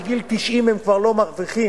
בגיל 90 הם כבר לא מרוויחים,